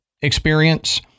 experience